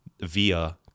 via